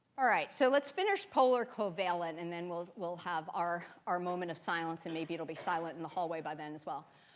all right, so let's finish polar covalent, and then we'll we'll have our our moment of silence, and maybe it'll be silent in the hallway by then as well.